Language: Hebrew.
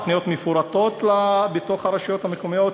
תוכניות מפורטות בתוך הרשויות המקומיות,